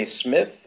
Smith